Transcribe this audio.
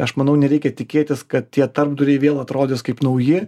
aš manau nereikia tikėtis kad tie tarpduriai vėl atrodys kaip nauji